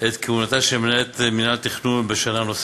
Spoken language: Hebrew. את כהונתה של מנהלת מינהל התכנון בשנה נוספת,